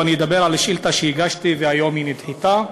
ואני אדבר על שאילתה שהגשתי והיום היא נדחתה.